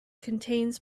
contains